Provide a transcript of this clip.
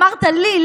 אמרת לי,